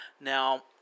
Now